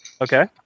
Okay